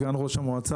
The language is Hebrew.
סגן ראש המועצה.